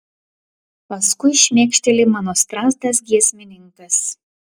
paskui šmėkšteli mano strazdas giesmininkas